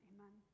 Amen